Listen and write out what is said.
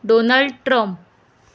donald trump